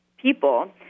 people